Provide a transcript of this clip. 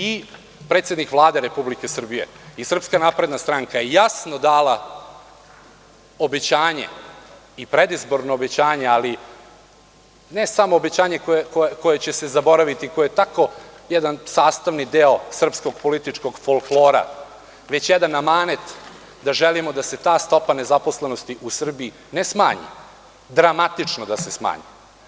I predsednik Vlade Republike Srbije i SNS je jasno dala obećanje i predizborno obećanje, ali ne samo obećanje koje će se zaboraviti, koje je tako jedan sastavni deo političkog folklora, već je jedan amanet da želimo da se ta stopa nezaposlenosti u Srbiji, ne smanji, dramatično da se smanji.